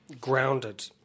grounded